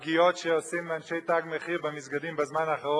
הפגיעות שעושים אנשי "תג מחיר" במסגדים בזמן האחרון.